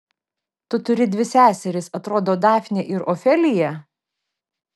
tu turi dvi seseris atrodo dafnę ir ofeliją